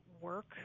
work